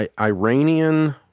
Iranian